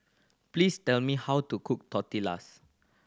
please tell me how to cook Tortillas